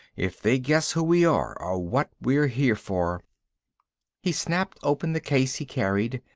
if they guess who we are, or what we're here for he snapped open the case he carried,